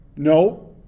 no